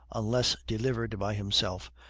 unless delivered by himself,